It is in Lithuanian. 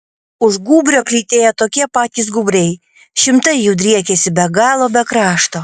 už gūbrio plytėjo tokie patys gūbriai šimtai jų driekėsi be galo be krašto